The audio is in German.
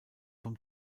vom